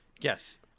Yes